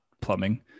plumbing